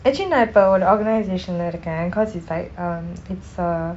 actually நான் இப்பே ஒரு:naan ippei oru organisation லே இருக்கேன்:lei irukken cause it's like um it's uh